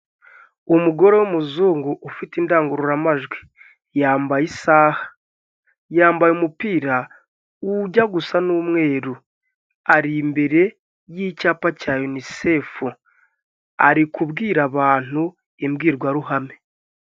Umugore w'umuzungu ufite indangururamajwi yambaye isaha. Yambaye umupira ujya gusa n'umweru, ari imbere y'icyapa cya yunisefu, ari kubwira abantu imbwirwaruhame.